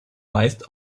meist